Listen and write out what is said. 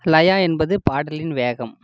லயா என்பது பாடலின் வேகம்